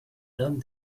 done